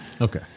Okay